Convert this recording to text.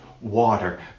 water